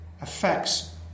affects